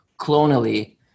clonally